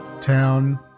town